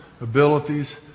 abilities